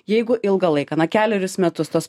jeigu ilgą laiką na kelerius metus tos